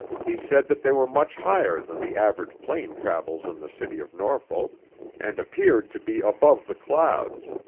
he said that they were much higher than the average plane travels in the city of norfolk and appeared to be above the clouds,